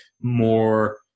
more